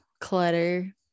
clutter